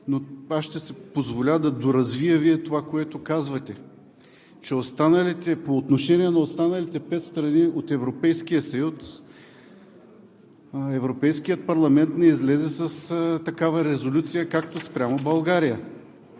Аз ще си позволя да доразвия това, което Вие казвате, че по отношение на останалите пет страни от Европейския съюз Европейският парламент не излезе с такава резолюция както спрямо България.